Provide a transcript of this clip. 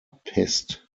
pest